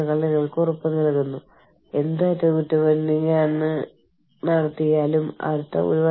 ഞാൻ അർത്ഥമാക്കുന്നത് അവ രണ്ടും വ്യത്യസ്ത സ്ഥലങ്ങൾക്കായുള്ള തിരിച്ചറിയൽ നമ്പറുകൾ ആണ്